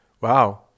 Wow